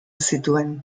zituen